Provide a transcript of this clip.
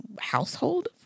household